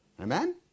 Amen